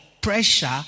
pressure